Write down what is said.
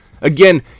Again